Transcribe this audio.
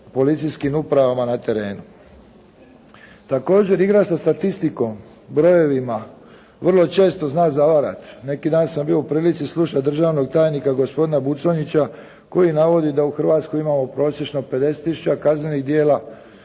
policijskim upravama na terenu. Također igra sa statistikom brojevima vrlo često zna zavarati. Neki dan sam bio u prilici slušati državnog tajnika gospodina Buconjića koji navodi da u Hrvatskoj imamo prosječno 50 tisuća kaznenih djela,